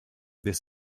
this